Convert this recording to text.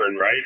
right